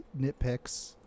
nitpicks